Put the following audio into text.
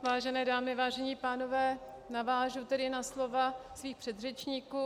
Vážené dámy, vážení pánové, navážu na slova svých předřečníků.